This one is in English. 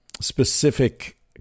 specific